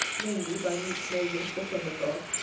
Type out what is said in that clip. namely, by meek moses the friend of god,